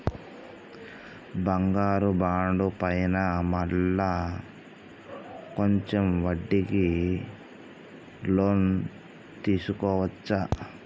బంగారు బాండు పైన మళ్ళా కొంచెం వడ్డీకి లోన్ తీసుకోవచ్చా?